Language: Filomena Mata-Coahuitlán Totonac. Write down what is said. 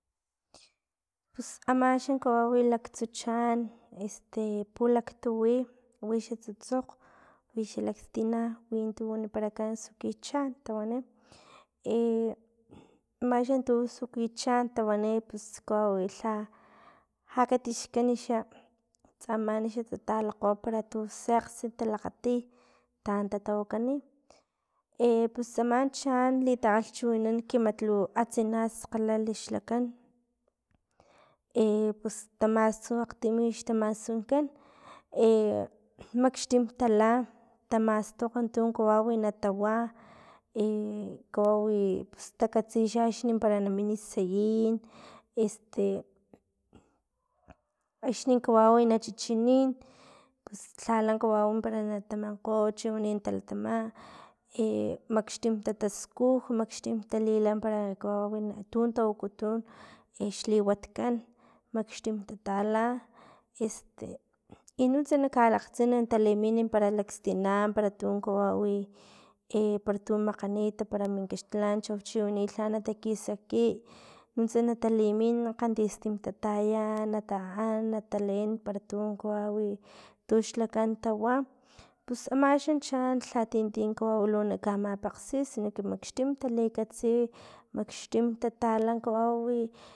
Pus ama xa kawau laktsu chaan pulaktu wi wi xa tsutsok wi xa lakstina witu waniparakan suki chaan, tawani i amaxa tu sukuchan tawani pus kawau lha lha katixkan xa tsaman ta talakgo un tu sakgxi talagkati taan tatawakani pus tsama chaan litakgalchiwinan k matlu atsina lu skgalalakan y pus tamasu akgtin xtamasut kan maxtum tala tamastokg tu kawawi tu tawa kawawi pus takatsi xa axni para na min sayin axni kawawi na chichininpus lhala kawaw para na taminkgo pero chiwani na talatama e maxtin tataskuj maxtim talila perokawau tu tawakutun i xliwat kan maxtim tatala i nunts na kalakgtsin ta limin para lakstina pero tu kawawi i para tu makganit para min kaxtilancho chiwani lha na ta kisaki nuntsa na talimin kgantistim tataya na taan, na taleen, para tu kawawitux lakan tawapus ama xachaan lha ti tikawaw na kamapakgsi sino que maxtim ta likatsimaxtim ta tala kawawi